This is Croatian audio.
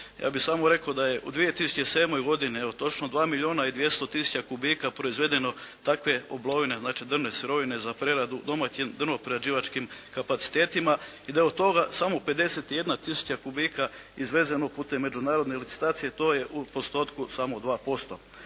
Ja bih samo rekao da je u 2007. godini, evo točno 2 milijuna i 200 tisuća kubika proizvedeno takve oblovine znači drvne sirovine za preradu u domaćim drvno-prerađivačkim kapacitetima i da je od toga samo 51 tisuća kubika izvezeno putem međunarodne licitacije. To je u postotku samo 2%.